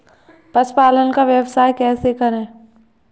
पशुपालन का व्यवसाय कैसे करें?